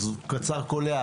אז בבקשה קצר וקולע,